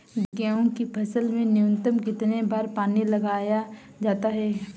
गेहूँ की फसल में न्यूनतम कितने बार पानी लगाया जाता है?